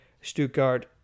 Stuttgart